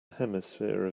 hemisphere